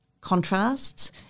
contrasts